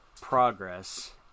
progress